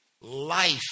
Life